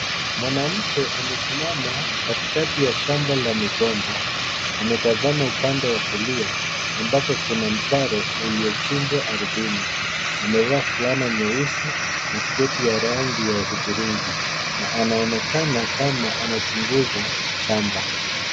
Mwanamke amesimama katikati ya shamba la migomba. Ametazama upande wa kulia ambako kuna mtaro uliochimbwa ardhini. Amevaa fulana nyeusi na sketi ya rangi ya hudhurungi, na anaonekana kama anachunguza shamba.